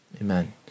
Amen